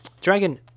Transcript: Dragon